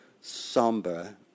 somber-